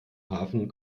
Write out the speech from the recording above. hafen